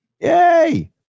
Yay